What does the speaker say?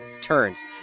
turns